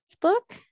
book